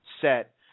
set